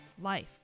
life